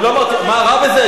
מה רע בזה?